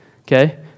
Okay